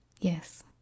Yes